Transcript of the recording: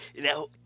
Now